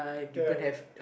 ya ya